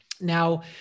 Now